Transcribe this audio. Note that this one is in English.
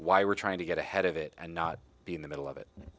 why we're trying to get ahead of it and not be in the middle of it